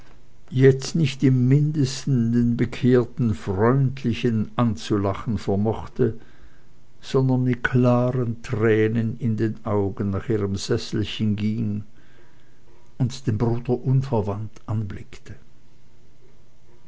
jetzt nicht im mindesten den bekehrten freundlichen anzulachen vermochte sondern mit klaren tränen in den augen nach ihrem sesselchen ging und den bruder unverwandt anblickte